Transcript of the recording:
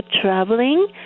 traveling